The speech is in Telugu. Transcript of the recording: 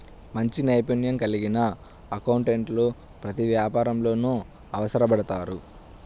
మంచి నైపుణ్యం కలిగిన అకౌంటెంట్లు ప్రతి వ్యాపారంలోనూ అవసరపడతారు